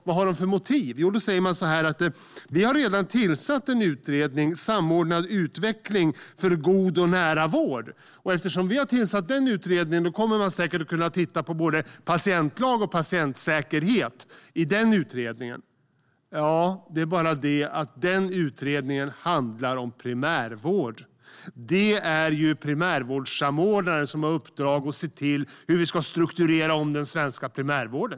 Deras motiv är att de redan har tillsatt en utredning, Samordnad utveckling för god och nära vård, och att utredningen säkert kommer att kunna titta på både patientlag och patientsäkerhet. Ja, men det är bara det att den utredningen handlar om primärvård. Det är ju primärvårdssamordnaren som har uppdraget att ta fram förslag på hur vi ska strukturera om den svenska primärvården.